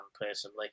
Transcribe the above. personally